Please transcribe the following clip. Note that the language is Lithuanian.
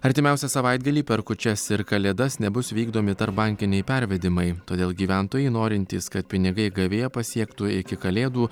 artimiausią savaitgalį per kūčias ir kalėdas nebus vykdomi tarpbankiniai pervedimai todėl gyventojai norintys kad pinigai gavėją pasiektų iki kalėdų